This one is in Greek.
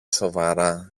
σοβαρά